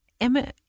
Emma